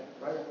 right